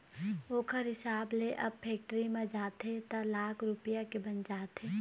ओखर हिसाब ले अब फेक्टरी म जाथे त लाख रूपया के बन जाथे